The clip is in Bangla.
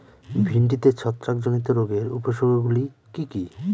ভিন্ডিতে ছত্রাক জনিত রোগের উপসর্গ গুলি কি কী?